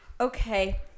Okay